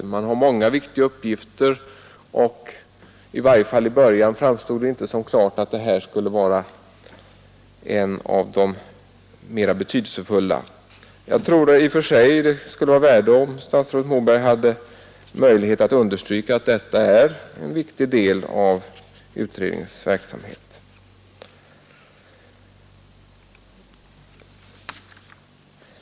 Utredningen har många viktiga uppgifter, och i varje fall i början framstod det inte som klart att det här skulle vara en av de mera betydelsefulla. Jag tror att det skulle vara av värde om statsrådet Moberg hade möjlighet att understryka att detta är en viktig del av utredningens verksamhet.